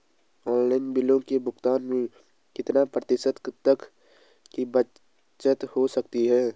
Online बिलों के भुगतान में कितने प्रतिशत तक की बचत हो सकती है?